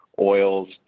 oils